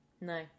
No